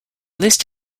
list